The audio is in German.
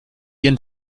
ihren